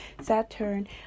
Saturn